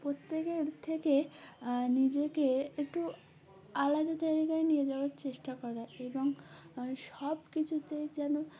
প্রত্যেকের থেকে নিজেকে একটু আলাদা জায়গায় নিয়ে যাওয়ার চেষ্টা করা এবং সব কিছুতেই যেন